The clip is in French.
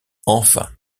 enfin